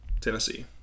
Tennessee